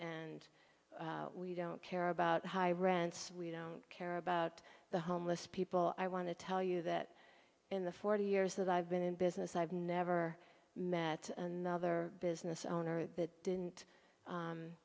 and we don't care about high rents we don't care about the homeless people i want to tell you that in the forty years that i've been in business i've never met another business owner that didn't